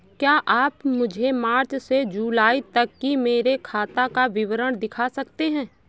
क्या आप मुझे मार्च से जूलाई तक की मेरे खाता का विवरण दिखा सकते हैं?